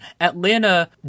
Atlanta